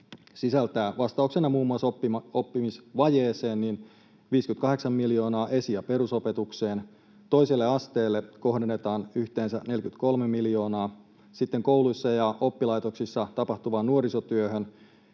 vastauksena oppimisvajeeseen 58 miljoonaa esi- ja perusopetukseen. Toiselle asteelle kohdennetaan yhteensä 43 miljoonaa, sekä sitten kouluissa ja oppilaitoksissa tapahtuvaan nuorisotyöhön,